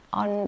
on